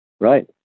Right